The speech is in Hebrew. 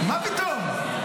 מה פתאום?